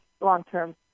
long-term